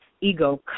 ego